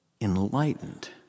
enlightened